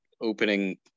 opening